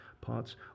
parts